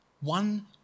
one